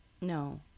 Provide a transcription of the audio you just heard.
No